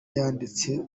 yanditse